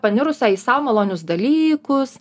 panirusią į sau malonius dalykus